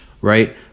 right